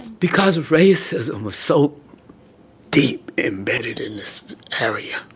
because of racism was so deep embedded in this area